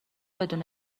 بدون